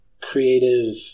creative